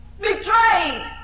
Betrayed